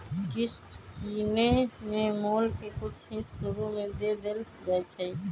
किस्त किनेए में मोल के कुछ हिस शुरू में दे देल जाइ छइ